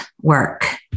work